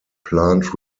plant